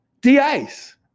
de-ice